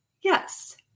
Yes